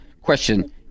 Question